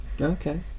okay